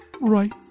right